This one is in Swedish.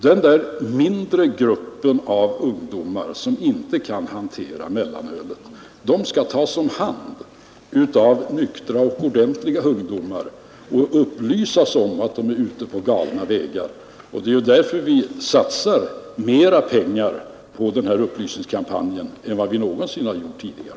Den där mindre gruppen av ungdomar som inte kan hantera mellanölet skall tas om hand av nyktra och ordentliga ungdomar och upplysas om att de är ute på galna vägar. Det är därför som vi satsar mera pengar på denna upplysningskampanj än vi gjort i någon tidigare kampanj.